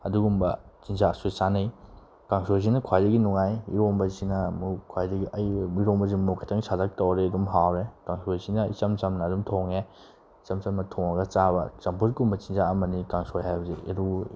ꯑꯗꯨꯒꯨꯝꯕ ꯆꯤꯟꯖꯥꯛꯁꯨ ꯆꯥꯅꯩ ꯀꯥꯡꯁꯣꯏꯁꯤꯅ ꯈ꯭ꯋꯥꯏꯗꯒꯤ ꯅꯨꯡꯉꯥꯏ ꯏꯔꯣꯟꯕꯁꯤꯅ ꯑꯃꯨꯛ ꯈ꯭ꯋꯥꯏꯗꯒꯤ ꯑꯩꯒꯤ ꯑꯣꯏꯅ ꯏꯔꯣꯟꯕꯁꯦ ꯃꯣꯔꯣꯛ ꯈꯤꯇꯪ ꯁꯥꯇꯛ ꯇꯧꯔꯗꯤ ꯑꯗꯨꯝ ꯍꯥꯎꯔꯦ ꯀꯥꯡꯁꯣꯏꯁꯤꯅ ꯏꯆꯝ ꯆꯝꯅ ꯑꯗꯨꯝ ꯊꯣꯛꯉꯦ ꯏꯆꯝ ꯆꯝꯅ ꯊꯣꯡꯉꯒ ꯆꯥꯕ ꯆꯝꯐꯨꯠ ꯀꯨꯝꯕ ꯆꯤꯟꯖꯥꯛ ꯑꯃꯅꯤ ꯀꯥꯡꯁꯣꯏ ꯍꯥꯏꯕꯁꯤ